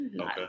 Okay